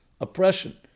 oppression